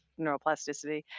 neuroplasticity